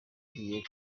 yagiye